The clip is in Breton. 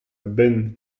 benn